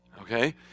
okay